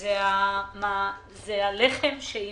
זה הלחם שהיא